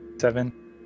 Seven